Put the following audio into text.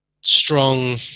strong